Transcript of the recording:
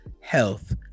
health